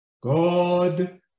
God